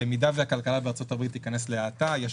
אם הכלכלה בארצות הברית תיכנס להאטה יש